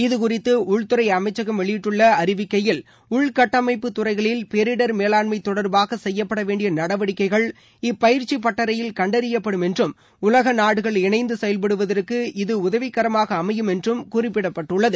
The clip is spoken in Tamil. இது குறித்து உள்துறை அமைச்சகம் அவெளியிட்டுள்ள அறிவிக்கையில் உள்கட்டமைப்பு துறைகளில் பேரிடர் மேலாண்மை தொடர்பாக செய்யப்பட வேண்டிய நடவடிக்கைகள் இப்பயிற்சி பட்டறையில் கண்டறியப்படும் என்றும் உலக நாடுகள் இணைந்து செயல்படுவதற்கு இது உதவிகரமாக அமையும் என்றும் குறிப்பிடப்பட்டுள்ளது